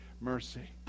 mercy